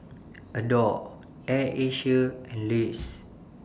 Adore Air Asia and Lays